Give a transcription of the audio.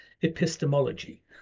epistemology